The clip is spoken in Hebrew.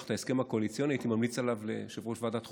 את ההסכם הקואליציוני הייתי ממליץ עליו ליושב-ראש ועדת חוקה,